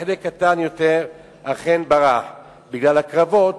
וחלק קטן יותר אכן ברחו בגלל הקרבות,